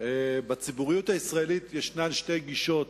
בציבוריות הישראליות יש שתי גישות